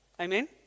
Amen